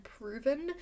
proven